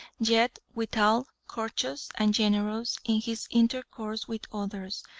yet withal courteous and generous in his intercourse with others,